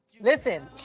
Listen